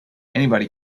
anybody